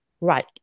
Right